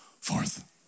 forth